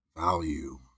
Value